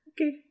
okay